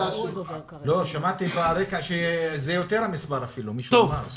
מישהו אמר שהמספר יותר גדול.